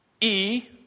E-